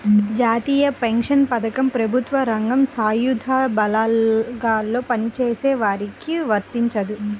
జాతీయ పెన్షన్ పథకం ప్రభుత్వ రంగం, సాయుధ బలగాల్లో పనిచేసే వారికి వర్తించదు